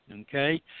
okay